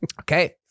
Okay